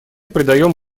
придаем